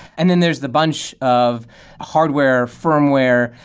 and then there's the bunch of hardware, firmware,